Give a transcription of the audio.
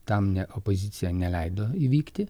tam ne opozicija neleido įvykti